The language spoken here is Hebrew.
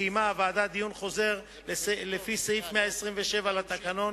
קיימה הוועדה דיון חוזר לפי סעיף 127 לתקנון